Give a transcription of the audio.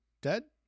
dead